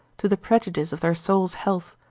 to the prejudice of their soul's health,